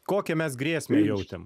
kokią mes grėsmę jautėm